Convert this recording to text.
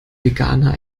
veganer